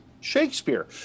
Shakespeare